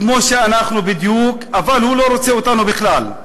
כמו שאנחנו בדיוק, אבל הוא לא רוצה אותנו בכלל,